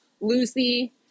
Lucy